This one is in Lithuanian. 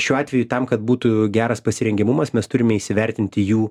šiuo atveju tam kad būtų geras pasirengiamumas mes turime įsivertinti jų